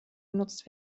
genutzt